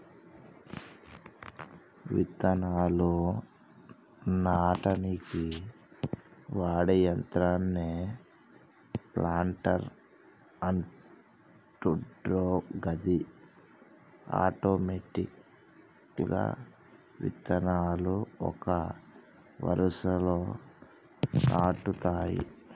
విత్తనాలు నాటనీకి వాడే యంత్రాన్నే ప్లాంటర్ అంటుండ్రు గది ఆటోమెటిక్గా విత్తనాలు ఒక వరుసలో నాటుతాయి